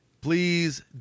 Please